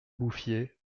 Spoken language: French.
bouffier